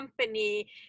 company